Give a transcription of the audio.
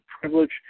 privilege